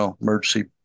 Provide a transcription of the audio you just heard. emergency